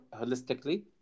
holistically